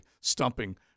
stumping